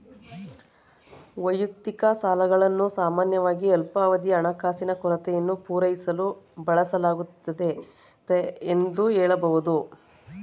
ವೈಯಕ್ತಿಕ ಸಾಲಗಳನ್ನು ಸಾಮಾನ್ಯವಾಗಿ ಅಲ್ಪಾವಧಿಯ ಹಣಕಾಸಿನ ಕೊರತೆಯನ್ನು ಪೂರೈಸಲು ಬಳಸಲಾಗುತ್ತೆ ಎಂದು ಹೇಳಬಹುದು